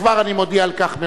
וכבר אני מודיע על כך מראש.